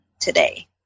today